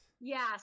Yes